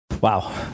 Wow